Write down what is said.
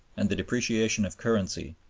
and the depreciation of currency,